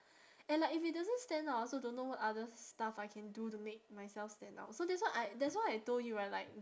and like if it doesn't stand out I also don't know what other stuff I can do to make myself stand out so that's why I that's why I told you right like